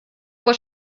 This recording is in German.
vor